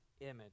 image